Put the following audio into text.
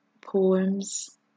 poems